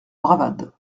bravade